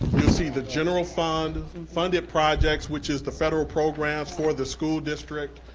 you'll see the general fund, funded projects, which is the federal programs for the school district,